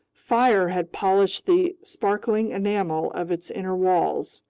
fire had polished the sparkling enamel of its inner walls,